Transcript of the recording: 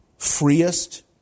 freest